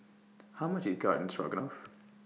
How much IS Garden Stroganoff